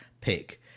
pick